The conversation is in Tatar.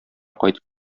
кайтып